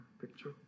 picture